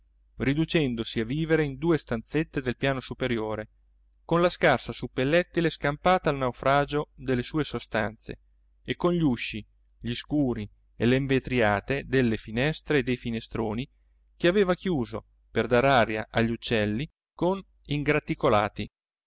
riducendosi a vivere in due stanzette del piano superiore con la scarsa suppellettile scampata al naufragio delle sue sostanze e con gli usci gli scuri e le invetriate delle finestre e dei finestroni che aveva chiuso per dar aria agli uccelli con